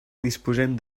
disposem